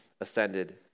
ascended